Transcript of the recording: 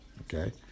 okay